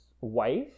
wife